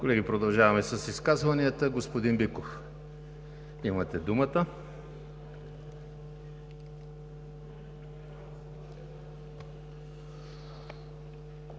Колеги, продължаваме с изказванията. Господин Биков, имате думата.